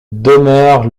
demeure